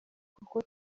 kuko